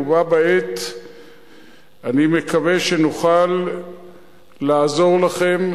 ובה בעת אני מקווה שנוכל לעזור לכם,